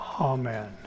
amen